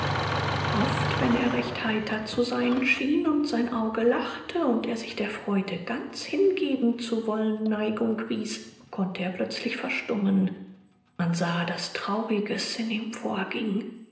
oft wenn er recht heiter zu sein schien und sein auge lachte und er sich der freude ganz hingeben zu wollen neigung wies konnte er plötzlich verstummen man sah daß trauriges in ihm vorging